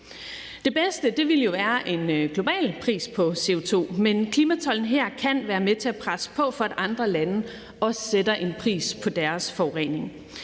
Det bedste ville jo være en global pris på CO2, men klimatolden kan være med til at presse på, for at andre også sætter en pris på deres forurening.